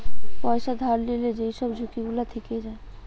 পয়সা ধার লিলে যেই সব ঝুঁকি গুলা থিকে যায়